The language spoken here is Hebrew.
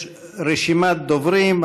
יש רשימת דוברים.